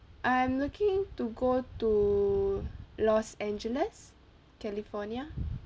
I am looking to go to los angeles california